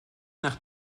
nach